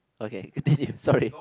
okay continue sorry